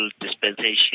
dispensation